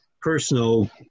personal